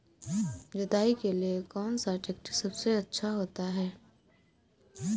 जुताई के लिए कौन सा ट्रैक्टर सबसे अच्छा होता है?